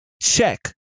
check